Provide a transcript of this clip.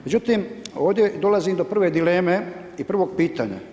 Međutim ovdje dolazi do prve dileme i prvog pitanja.